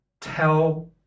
tell